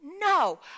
No